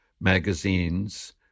magazines